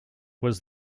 was